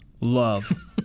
love